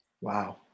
Wow